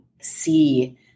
See